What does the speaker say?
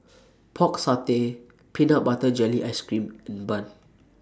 Pork Satay Peanut Butter Jelly Ice Cream and Bun